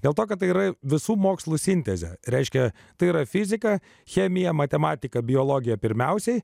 dėl to kad tai yra visų mokslų sintezė reiškia tai yra fiziką chemiją matematiką biologiją pirmiausiai